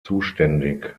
zuständig